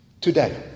today